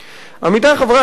עמיתי חברי הכנסת,